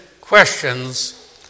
questions